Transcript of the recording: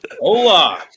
Hola